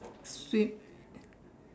fif~